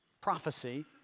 prophecy